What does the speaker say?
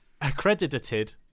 Accredited